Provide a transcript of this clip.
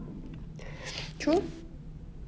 true